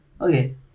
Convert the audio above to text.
Okay